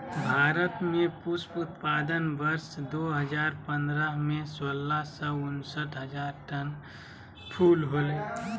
भारत में पुष्प उत्पादन वर्ष दो हजार पंद्रह में, सोलह सौ उनसठ हजार टन फूल होलय